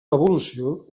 evolució